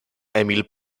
emil